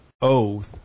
oath